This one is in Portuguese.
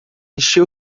encheu